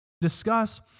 Discuss